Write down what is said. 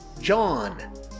John